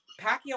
Pacquiao